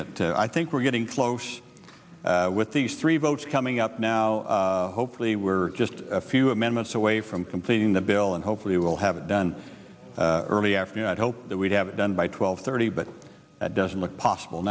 that i think we're getting close with these three votes coming up now hopefully we're just a few amendments away from completing the bill and hopefully we'll have it done early afternoon i'd hope that we'd have it done by twelve thirty but that doesn't look possible